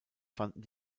fanden